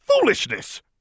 Foolishness